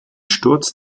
sturz